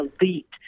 elite